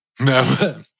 No